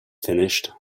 finished